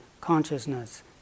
consciousness